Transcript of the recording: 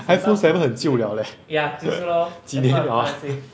iphone seven 很旧了 leh 几年了